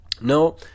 No